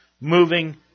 moving